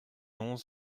onze